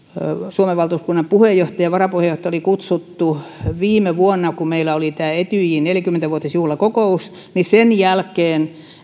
suomen valtuuskunnan puheenjohtaja ja varapuheenjohtaja oli kutsuttu viime vuonna kun meillä oli tämä etyjin neljäkymmentä vuotisjuhlakokous sen jälkeen